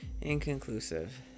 inconclusive